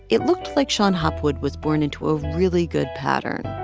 it looked like shon hopwood was born into a really good pattern.